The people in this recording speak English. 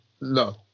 no